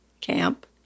camp